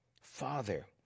Father